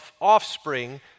offspring